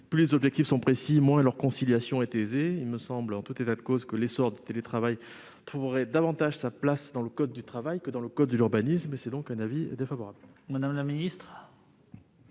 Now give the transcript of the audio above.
plus les objectifs sont précis, moins leur conciliation est aisée. En tout état de cause, l'essor du télétravail trouverait davantage sa place dans le code du travail que dans le code de l'urbanisme. Avis défavorable.